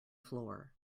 floor